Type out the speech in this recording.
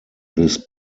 this